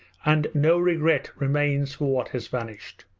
and no regret remains for what has vanished!